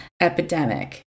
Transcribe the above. epidemic